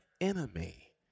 enemy